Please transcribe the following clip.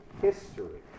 history